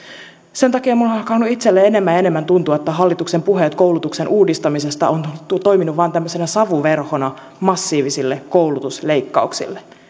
sen takia minulla on alkanut itselläni enemmän ja enemmän tuntua että hallituksen puheet koulutuksen uudistamisesta on toiminut vain savuverhona massiivisille koulutusleikkauksille